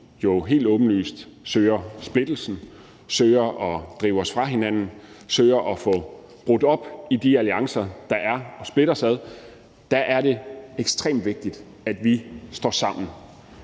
jo helt åbenlyst søger splittelsen, søger at drive os fra hinanden, søger at få brudt op i de alliancer, der er, og splitte os ad, er det ekstremt vigtigt, at vi står sammen